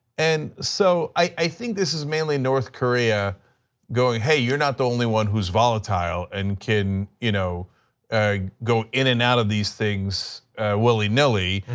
and so i think this is mainly north korea going hey, you aren't the only one who is volatile and can you know ah go in and out of these things willy-nilly,